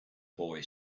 boy